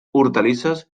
hortalisses